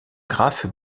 graphe